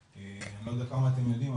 אני לא יודע כמה אתם יודעים,